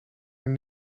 haar